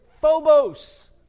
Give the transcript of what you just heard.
phobos